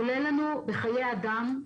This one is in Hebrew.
עולה לנו בחיי האדם.